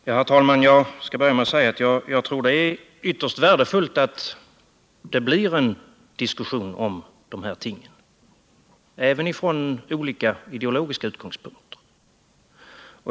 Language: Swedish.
Herr talman! Jag skall börja med att säga att jag tror att det är ytterst värdefullt att det blir en diskussion om dessa ting, även från olika ideologiska utgångspunkter.